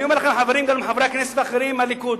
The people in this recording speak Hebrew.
אני אומר גם לחברי הכנסת האחרים מהליכוד,